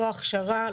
לא ההכשרה,